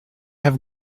have